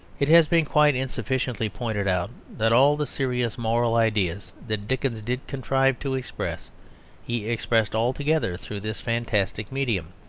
it has been quite insufficiently pointed out that all the serious moral ideas that dickens did contrive to express he expressed altogether through this fantastic medium,